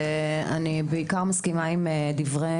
ואני בעיקר מסכימה עם דברי